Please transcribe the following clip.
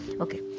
okay